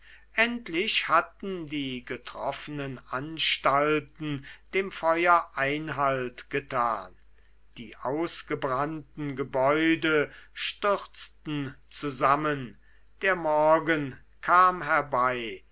endlich hatten die getroffenen anstalten dem feuer einhalt getan die ausgebrannten gebäude stürzten zusammen der morgen kam herbei